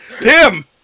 Tim